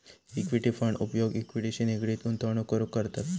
equity fund उपयोग इक्विटीशी निगडीत गुंतवणूक करूक करतत